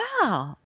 wow